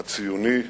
הציוני,